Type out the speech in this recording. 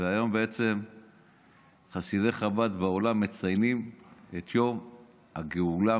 והיום חסידי חב"ד בעולם מציינים את יום הגאולה,